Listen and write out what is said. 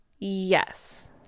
yes